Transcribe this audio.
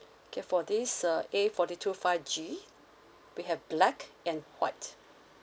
okay for this uh A forty two five G we have black and white